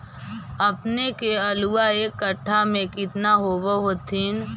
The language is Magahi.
अपने के आलुआ एक एकड़ मे कितना होब होत्थिन?